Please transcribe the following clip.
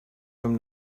from